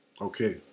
Okay